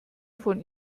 von